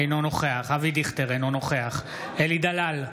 אינו נוכח אבי דיכטר, אינו נוכח אלי דלל,